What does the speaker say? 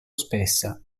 spessa